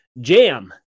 jam